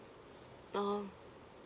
oh